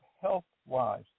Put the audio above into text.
health-wise